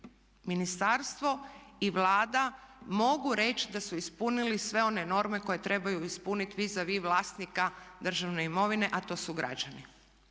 ministarstvo i Vlada mogu reći da su ispunili sve one norme koje trebaju ispuniti vis a vis vlasnika državne imovine a to su građani.